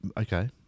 okay